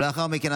לאחר מכן,